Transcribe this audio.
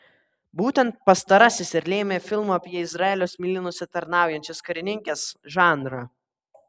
būtent pastarasis ir lėmė filmo apie izraelio smėlynuose tarnaujančias karininkes žanrą